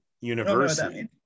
university